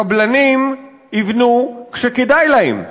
קבלנים יבנו כשכדאי להם.